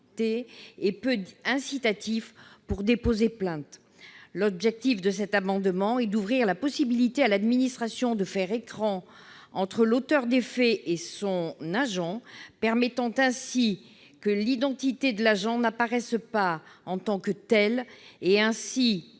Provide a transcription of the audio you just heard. est peu incitatif pour déposer plainte. L'objet de cet amendement est d'ouvrir la possibilité à l'administration de faire écran entre l'auteur des faits et son agent, permettant ainsi que l'identité de l'agent n'apparaisse pas en tant que telle. Ainsi,